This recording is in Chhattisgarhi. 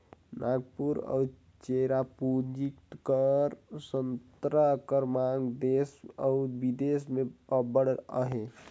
नांगपुर अउ चेरापूंजी कर संतरा कर मांग देस अउ बिदेस में अब्बड़ अहे